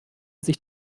sich